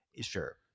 Sure